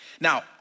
Now